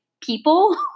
people